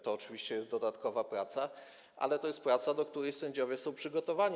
To oczywiście jest dodatkowa praca, ale to jest praca, do której sędziowie są przygotowani.